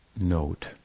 note